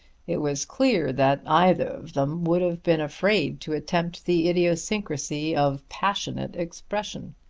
it was clear that either of them would have been afraid to attempt the idiosyncrasy of passionate expression.